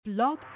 Blog